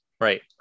Right